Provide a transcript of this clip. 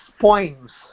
points